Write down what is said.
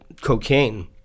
cocaine